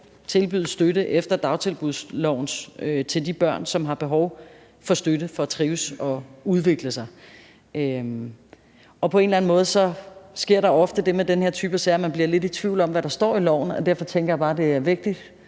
tilbyde støtte efter dagtilbudsloven til de børn, som har behov for støtte for at trives og udvikle sig. På en eller anden måde sker der ofte det med den her type af sager, at man bliver lidt i tvivl om, hvad der står i loven, og derfor tænker jeg bare, at det er vigtigt